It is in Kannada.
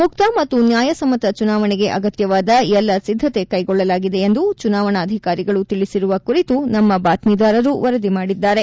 ಮುಕ್ತ ಮತ್ತು ನ್ಯಾಯ ಸಮ್ಮತ ಚುನಾವಣೆಗೆ ಅಗತ್ಯವಾದ ಎಲ್ಲ ಸಿದ್ಧತೆ ಕೈಗೊಳ್ಳಲಾಗಿದೆ ಎಂದು ಚುನಾವಣಾಧಿಕಾರಿಗಳು ತಿಳಿಸಿರುವ ಕುರಿತು ನಮ್ಮ ಬಾತ್ಮೀದಾರರು ವರದಿ ಮಾಡಿದ್ದಾರೆ